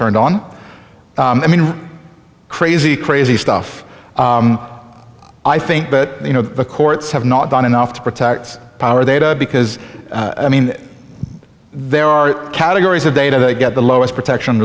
turned on i mean crazy crazy stuff i think but you know the courts have not done enough to protect our data because i mean there are categories of data they get the lowest protection